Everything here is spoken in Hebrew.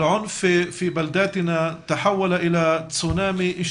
כשאני מסתכלת על הנתונים,